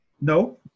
No